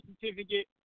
certificate